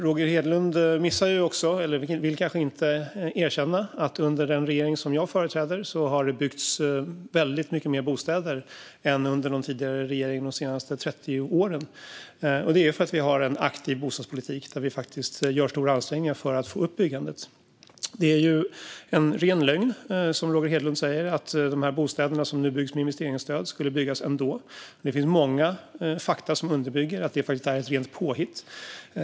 Roger Hedlund missar också, eller vill kanske inte erkänna, att det under den regering som jag företräder har byggts väldigt mycket mer bostäder än under någon tidigare regering de senaste 30 åren. Det är för att vi har en aktiv bostadspolitik där vi gör stora ansträngningar för att få upp byggandet. Det som Roger Hedlund säger om att de här bostäderna som nu byggs med investeringsstöd skulle byggas ändå är en ren lögn. Det finns många fakta som underbygger att det faktiskt är ett rent påhitt.